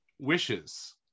Wishes